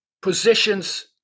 positions